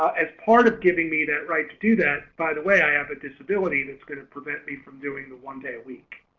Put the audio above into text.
as part of giving me that right to do that by the way i have a disability that's going to prevent me from doing the one day a week